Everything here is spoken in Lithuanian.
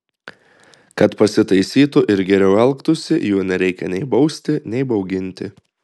kad pasitaisytų ir geriau elgtųsi jų nereikia nei bausti nei bauginti